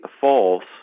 false